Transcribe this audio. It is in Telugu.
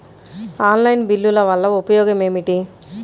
ఆన్లైన్ బిల్లుల వల్ల ఉపయోగమేమిటీ?